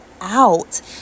out